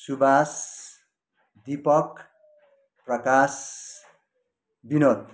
Suwas Dipak Prakash Vinod